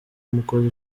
umukozi